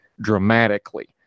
dramatically